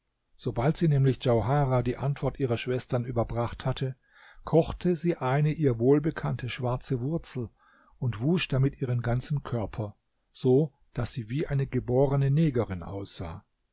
sobald sie nämlich djauharah die antwort ihrer schwestern überbracht hatte kochte sie eine ihr wohlbekannte schwarze wurzel und wusch damit ihren ganzen körper so daß sie wie eine geborene negerin aussah